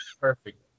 perfect